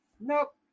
nope